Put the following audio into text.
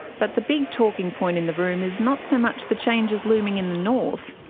but the big talking point in the room is not so much the changes looming in the north,